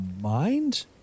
mind